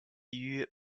few